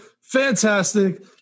Fantastic